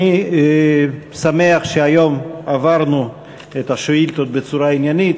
אני שמח שהיום עברנו את השאילתות בצורה עניינית,